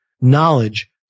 knowledge